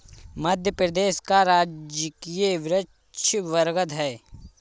मध्य प्रदेश का राजकीय वृक्ष बरगद है